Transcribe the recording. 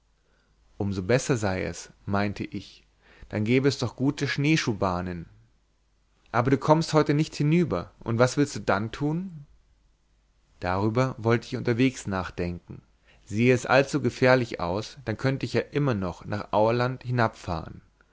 so besser sei es meinte ich dann gäbe es doch gute schneeschuhbahnen aber du kommst heute nicht hinüber und was willst du dann tun darüber wollte ich unterwegs nachdenken sehe es allzu gefährlich aus dann könnte ich ja immer noch nach aurland